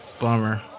bummer